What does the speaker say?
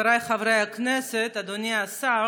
חבריי חברי הכנסת, אדוני השר,